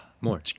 More